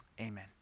amen